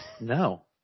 no